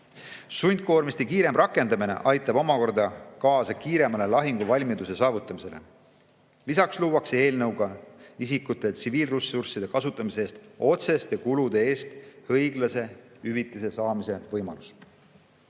Sundkoormiste kiirem rakendamine aitab omakorda kaasa kiiremale lahinguvalmiduse saavutamisele. Lisaks luuakse eelnõuga isikute tsiviilressursside kasutamise eest otseste kulude eest õiglase hüvitise saamise võimalus.